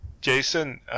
Jason